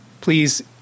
Please